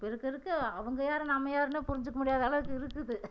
இப்போ இருக்கற இருக்கற அவங்க யார் நம்ம யாருன்னு புரிஞ்சுக்க முடியாத அளவுக்கு இருக்குது